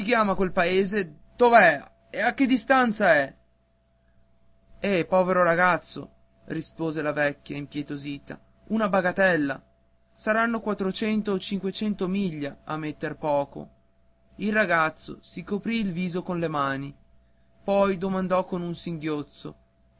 chiama quel paese dov'è a che distanza è eh povero ragazzo rispose la vecchia impietosita una bagattella saranno quattrocento o cinquecento miglia a metter poco il ragazzo si coprì il viso con le mani poi domandò con un singhiozzo